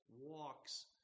walks